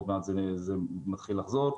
עוד מעט זה מתחיל לחזור.